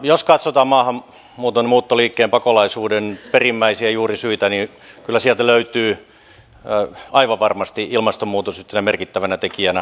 jos katsotaan maahanmuuton muuttoliikkeen pakolaisuuden perimmäisiä juurisyitä niin kyllä sieltä löytyy aivan varmasti ilmastonmuutos yhtenä merkittävänä tekijänä